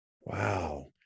wow